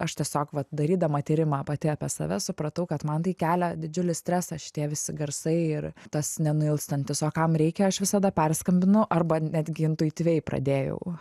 aš tiesiog vat darydama tyrimą pati apie save supratau kad man tai kelia didžiulį stresą šitie visi garsai ir tas nenuilstantis o kam reikia aš visada perskambinu arba netgi intuityviai pradėjau